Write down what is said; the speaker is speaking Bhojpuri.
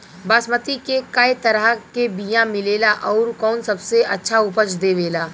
बासमती के कै तरह के बीया मिलेला आउर कौन सबसे अच्छा उपज देवेला?